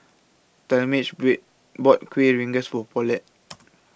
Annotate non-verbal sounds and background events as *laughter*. Talmage *unintelligible* bought Kuih Rengas For Paulette